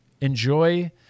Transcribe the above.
enjoy